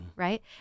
Right